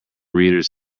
readers